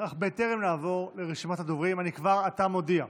בטרם נעבור לרשימת הדוברים, אני כבר עתה מודיע: